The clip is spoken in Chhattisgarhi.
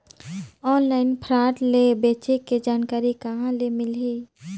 ऑनलाइन फ्राड ले बचे के जानकारी कहां ले मिलही?